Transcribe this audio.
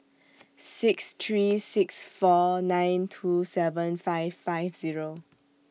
six three six four nine two seven five five Zero